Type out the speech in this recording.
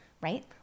right